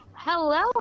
hello